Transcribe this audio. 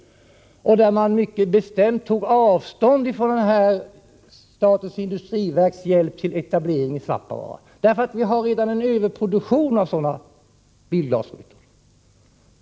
Dessa bilglastillverkare tog mycket bestämt avstånd från statens industriverks hjälp till etablering av verksamheten i Svappavaara. Vi har redan en överproduktion av bilglas.